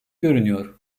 görünüyor